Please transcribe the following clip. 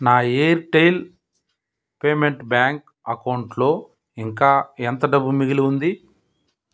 నా Airtel payment bank అకౌంటులో ఇంకా ఎంత డబ్బు మిగిలి ఉంది